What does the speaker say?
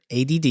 ADD